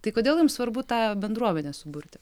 tai kodėl jums svarbu tą bendruomenę suburti